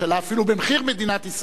אפילו במחיר מדינת ישראל,